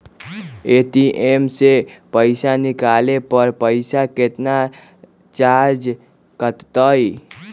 ATM से पईसा निकाले पर पईसा केतना चार्ज कटतई?